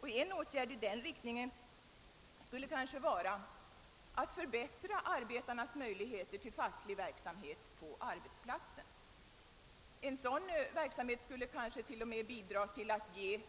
Och en åtgärd i den riktningen skulle kanske vara att förbättra arbetarnas möjligheter att bedriva facklig verksamhet på arbetsplatsen. Det skulle kanske till och med kunna bidra till att ge